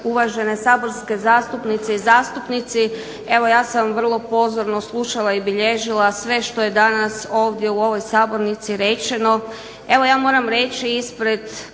uvažene saborske zastupnice i zastupnici. Evo ja sam vrlo pozorno slušala i bilježila sve što je danas ovdje u ovoj sabornici rečeno. Evo ja moram reći ispred